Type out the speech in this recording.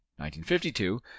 1952